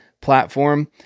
platform